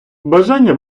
бажання